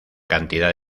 cantidad